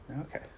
okay